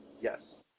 yes